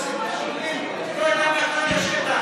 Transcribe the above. לא יודע מה קרה בשטח,